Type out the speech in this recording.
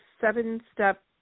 seven-step